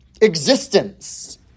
existence